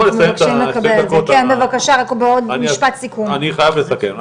אני חייב לסכם.